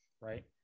right